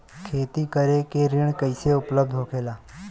खेती करे के ऋण कैसे उपलब्ध होखेला?